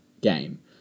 game